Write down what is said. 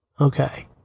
okay